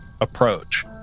approach